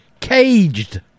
caged